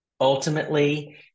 ultimately